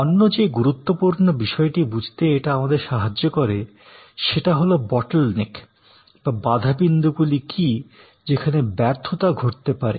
অন্য যে গুরুত্বপূর্ণ বিষয়টি বুঝতে এটা আমাদের সাহায্য করে সেটা হলো বটলনেক বা বাধাবিন্দুগুলি কী যেখানে ব্যর্থতা ঘটতে পারে